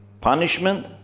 punishment